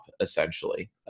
essentially